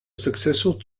successful